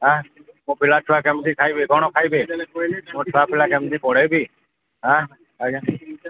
ଆଁ ମୋ ପିଲା ଛୁଆ କେମିତି ଖାଇବେ କ'ଣ ଖାଇବେ ମୋ ଛୁଆ ପିଲା କେମିତି ପଢ଼େଇବି ଆଜ୍ଞା